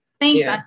thanks